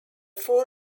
four